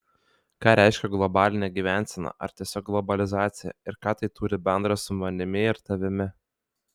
ką reiškia globalinė gyvensena ar tiesiog globalizacija ir ką tai turi bendra su manimi ir tavimi